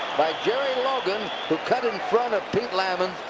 by jerry logan, who cut in front of pete lammons.